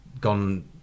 gone